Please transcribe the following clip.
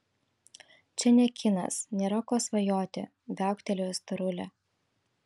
čia ne kinas nėra ko svajoti viauktelėjo storulė